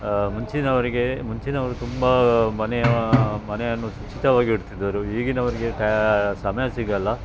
ಮುಂಚಿನವರಿಗೆ ಮುಂಚಿನವರು ತುಂಬ ಮನೆಯ ಮನೆಯನ್ನು ಶುಚಿತ್ವವಾಗಿ ಇಡ್ತಿದ್ದರು ಈಗಿನವರಿಗೆ ಟ್ಯ ಸಮಯ ಸಿಗಲ್ಲ